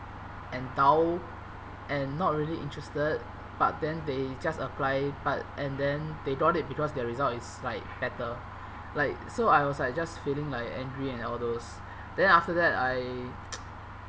and down and not really interested but then they just apply but and then they got it because their result is like better like so I was like just feeling like angry and all those then after that I